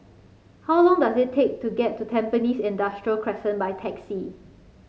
how long does it take to get to Tampines Industrial Crescent by taxi